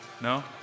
No